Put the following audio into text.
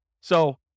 So-